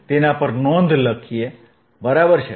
તેના પર નોંધ લખીએ બરાબર છે